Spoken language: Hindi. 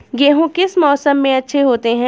गेहूँ किस मौसम में अच्छे होते हैं?